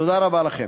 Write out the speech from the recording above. תודה רבה לכם.